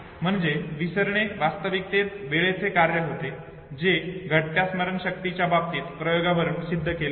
म्हणजे विसरणे वास्तविकतेत वेळेचे कार्य होते हे घटत्या स्मरण शक्तीच्या बाबतीत प्रायोगावरून सिद्ध केले होते